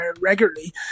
regularly